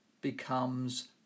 becomes